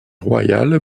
royal